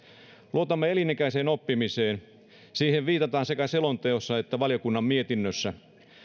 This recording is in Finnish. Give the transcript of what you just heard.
luotamme elinikäiseen oppimiseen siihen viitataan sekä selonteossa että valiokunnan mietinnössä